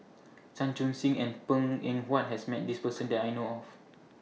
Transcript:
Chan Chun Sing and Png Eng Huat has Met This Person that I know of